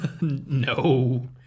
No